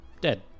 Dead